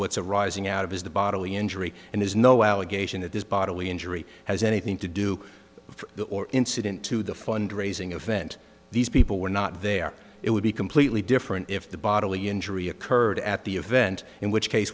what's arising out of his the bodily injury and there's no allegation that this bodily injury has anything to do with the or incident to the fund raising event these people were not there it would be completely different if the bodily injury occurred at the event in which case